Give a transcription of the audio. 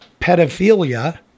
pedophilia